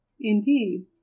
Indeed